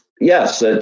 Yes